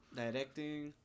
directing